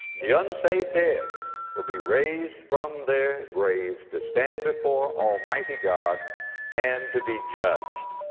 the unsaved dead will be raised from their graves to stand before almighty god and to be judged.